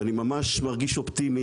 ואני ממש מרגיש אופטימי,